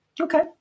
Okay